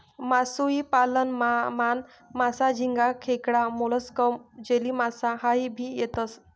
मासोई पालन मान, मासा, झिंगा, खेकडा, मोलस्क, जेलीमासा ह्या भी येतेस